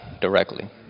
directly